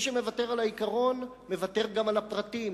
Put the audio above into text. מי שמוותר על העיקרון, מוותר גם על הפרטים.